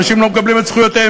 אנשים לא מקבלים את זכויותיהם,